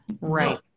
right